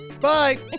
Bye